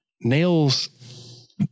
nails